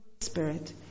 Spirit